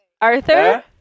Arthur